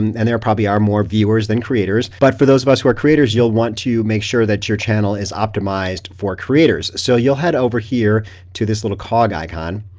and there probably are more viewers than creators. but for those of us who are creators, you'll want to be sure that your channel is optimized for creators. so you'll head over here to this little cog icon,